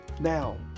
Now